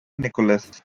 nichols